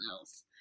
else